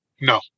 No